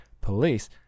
police